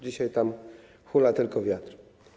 Dzisiaj tam hula tylko wiatr.